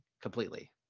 completely